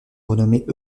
renommée